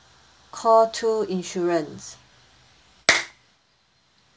call two insurance